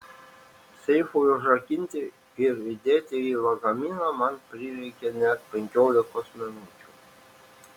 seifui užrakinti ir įdėti į lagaminą man prireikė net penkiolikos minučių